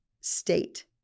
state